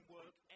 work